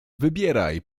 wybieraj